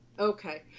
Okay